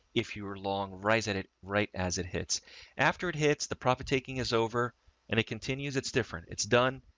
if you were long rise at it, right as it hits after it hits the profit taking is over and it continues. it's different. it's done.